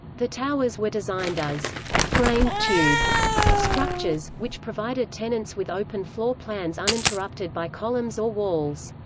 the towers were designed as framed tube structures, which provided tenants with open floor plans uninterrupted by columns or walls.